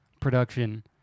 production